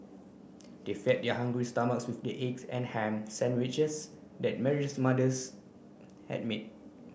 they fed their hungry stomachs with the egg and ham sandwiches that Mary's mother had made